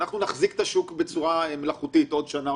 אנחנו נחזיק את השוק בצורה מלאכותית עוד שנה,